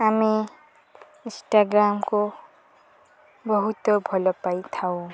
ଆମେ ଇନ୍ଷ୍ଟାଗ୍ରାମ୍କୁ ବହୁତ ଭଲ ପାଇଥାଉ